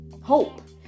hope